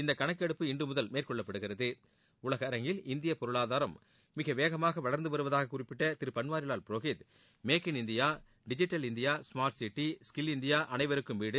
இந்த கணக்கெடுப்பு இன்று முதல் மேற்கொள்ளப்படுகிறது உலக அரங்கில் இந்திய பொருளாதாரம் மிக வேகமாக வளர்ந்து வருவதுக குறிப்பிட்ட Thiru Banwarilal Purohit make in India digital India smart city skill India அனைவருக்கும் வீடு